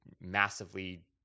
massively